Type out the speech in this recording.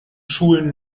schulen